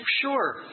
sure